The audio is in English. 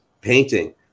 painting